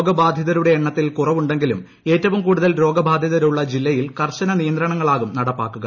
രോഗബാധിതരുടെ എണ്ണത്തിൽ കുറവുണ്ടെങ്കിലും ഏറ്റവും കൂടുതൽ രോഗബാധിതരുള്ള ജില്ലയിൽ കർശന നിയന്ത്രണങ്ങളാകും നടപ്പാക്കുക